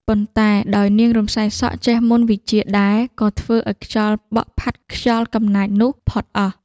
ប៉ុន្តែ ដោយ នាងរំសាយសក់ ចេះមន្តវិជ្ជាដែរ ក៏ធ្វើឱ្យខ្យល់បក់ផាត់ខ្យល់កំណាចនោះផុតអស់ ។